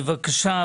בבקשה,